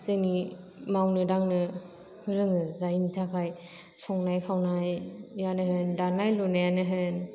जोंनि मावनो दांनो रोङो जायनि थाखाय संनाय खावनायानो होन दानाय लुनायानो होन